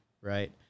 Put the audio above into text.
right